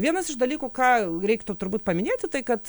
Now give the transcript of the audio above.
vienas iš dalykų ką reiktų turbūt paminėti tai kad